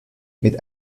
mit